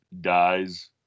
dies